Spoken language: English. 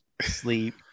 sleep